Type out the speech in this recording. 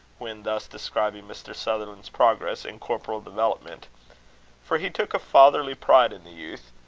when thus describing mr. sutherland's progress in corporal development for he took a fatherly pride in the youth,